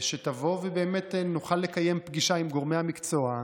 אני מציע שתבוא ובאמת נוכל לקיים פגישה עם גורמי מקצוע,